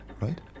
right